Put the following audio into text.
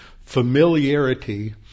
familiarity